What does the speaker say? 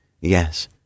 Yes